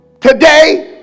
today